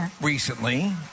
recently